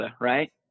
right